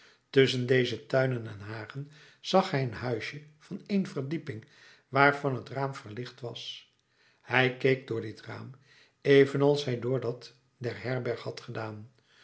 tusschen deze tuinen en hagen zag hij een huisje van één verdieping waarvan het raam verlicht was hij keek door dit raam evenals hij door dat der herberg had gedaan